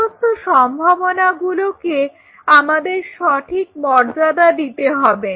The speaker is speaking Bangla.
সমস্ত সম্ভাবনাগুলোকে আমাদের সঠিক মর্যাদা দিতে হবে